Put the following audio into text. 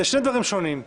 אלה שני דברים שונים.